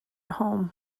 home